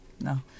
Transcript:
No